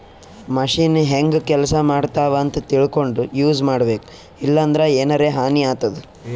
machine ಹೆಂಗ್ ಕೆಲಸ ಮಾಡ್ತಾವ್ ಅಂತ್ ತಿಳ್ಕೊಂಡ್ ಯೂಸ್ ಮಾಡ್ಬೇಕ್ ಇಲ್ಲಂದ್ರ ಎನರೆ ಹಾನಿ ಆತದ್